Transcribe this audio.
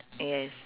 yes